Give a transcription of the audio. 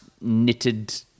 knitted